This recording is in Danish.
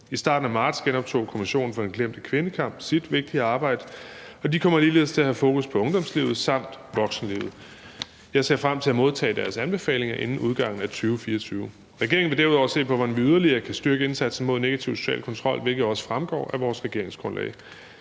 I starten af marts genoptog Kommissionen for den glemte kvindekamp sit vigtige arbejde, og den kommer ligeledes til at have fokus på ungdomslivet samt voksenlivet. Jeg ser frem til at modtage deres anbefalinger inden udgangen af 2024. Regeringen vil derudover se på, hvordan vi yderligere kan styrke indsatsen mod negativ social kontrol, hvilket også fremgår af vores regeringsgrundlag.